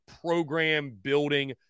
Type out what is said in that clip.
program-building